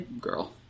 Girl